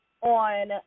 on